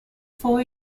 four